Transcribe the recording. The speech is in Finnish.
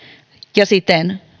ja siten